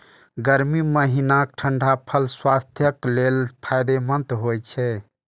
गर्मी महीनाक ठंढा फल स्वास्थ्यक लेल फायदेमंद होइ छै